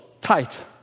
tight